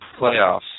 playoffs